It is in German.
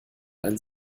ein